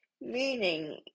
meaning